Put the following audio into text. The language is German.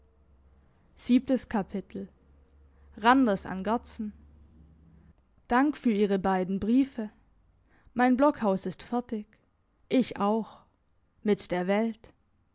randers an gerdsen dank für ihre beiden briefe mein blockhaus ist fertig ich auch mit der welt